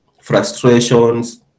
frustrations